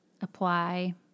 apply